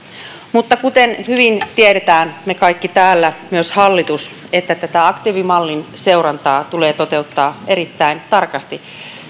mutta kuten hyvin tiedetään me kaikki täällä tiedämme myös hallitus tätä aktiivimallin seurantaa tulee toteuttaa erittäin tarkasti